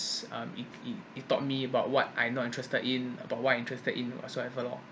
it it taught me about what I'm not interested in about what I'm interested in or whatsoever lor